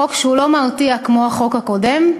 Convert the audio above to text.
חוק שהוא לא מרתיע כמו החוק הקודם,